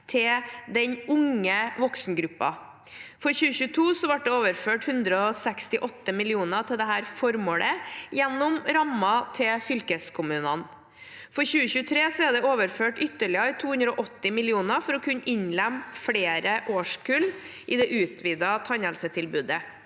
til den unge voksengruppen. For 2022 ble det overført 168 mill. kr til dette formålet gjennom rammen til fylkeskommunene. For 2023 er det overført ytterligere 280 mill. kr for å kunne innlemme flere årskull i det utvidede tannhelsetilbudet.